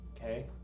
okay